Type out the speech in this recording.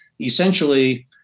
essentially